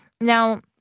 Now